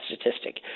statistic